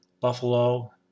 Buffalo